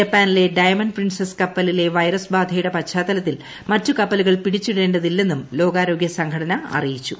ജപ്പാനിലെ diamond princess കപ്പലിലെ virus ബാധയുടെ പശ്ചാത്തല്പിത്തിൽ മറ്റു കപ്പലുകൾ പിടിച്ചിടേതില്ലെന്നും ലോകാരോഗ്യൂ സംഘടന അറിയിച്ചു